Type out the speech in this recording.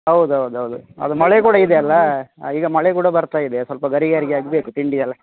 ಹೌದು ಹೌದು ಹೌದು ಅದು ಮಳೆ ಕೂಡ ಇದೆಯಲ್ಲ ಈಗ ಮಳೆ ಕೂಡ ಬರ್ತಾ ಇದೆ ಸ್ವಲ್ಪ ಗರಿಗರಿಗೆ ಆಗಬೇಕು ತಿಂಡಿ ಎಲ್ಲ